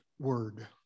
word